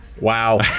Wow